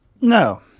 No